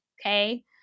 Okay